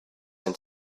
and